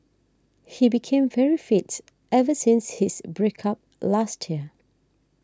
he became very fit ever since his break up last year